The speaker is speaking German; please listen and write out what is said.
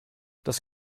das